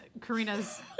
Karina's